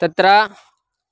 तत्र